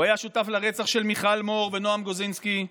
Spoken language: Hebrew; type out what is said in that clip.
הוא היה שותף לרצח של מיכל מור ונועם גוזובסקי,